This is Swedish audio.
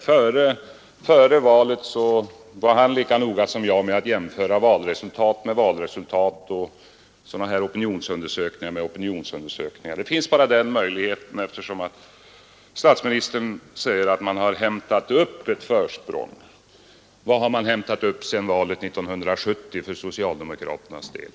Före valet var han lika noga som jag med att jämföra valresultat med valresultat och opinionsundersökningar med opinionsundersökningar. Det finns bara den möjligheten. Statsministern säger att socialdemokraterna hämtat upp ett försprång. Vad har man hämtat upp sedan 1970 för socialdemokraternas del?